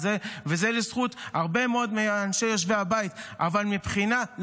וזה לזכות הרבה מאוד מיושבי הבית אבל מבחינת,